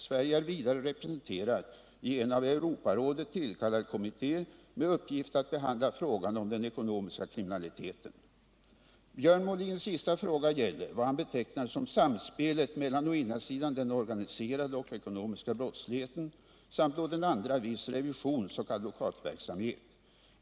Sverige är vidare representerat i en av 117 Björn Molins sista fråga gäller vad han betecknar som samspelet mellan å ena sidan den organiserade och ekonomiska brottsligheten samt å den andra viss revisionsoch advokatverksamhet.